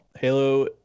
Halo